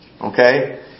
okay